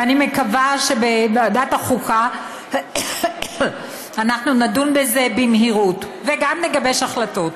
ואני מקווה שבוועדת החוקה אנחנו נדון בזה במהירות וגם נגבש החלטות.